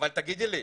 אבל תגידי לי,